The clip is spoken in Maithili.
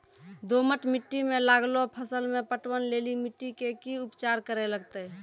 दोमट मिट्टी मे लागलो फसल मे पटवन लेली मिट्टी के की उपचार करे लगते?